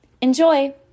Enjoy